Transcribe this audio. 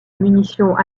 munitions